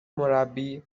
مربی